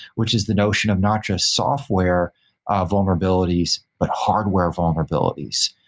which is the notion of not just software ah vulnerabilities, but hardware vulnerabilities.